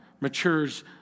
matures